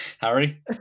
Harry